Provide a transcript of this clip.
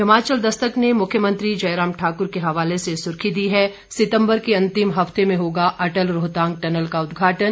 हिमाचल देस्तक ने मुख्यमंत्री जयराम ठाकुर के हवाले से सुर्खी दी है सितंबर के अंतिम हफ्ते में होगा अटल रोहतांग टनल का उद्घाटन